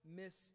miss